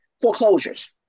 foreclosures